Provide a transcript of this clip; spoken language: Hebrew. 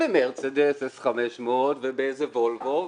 במרצדס S-500 ובוולבו.